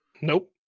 Nope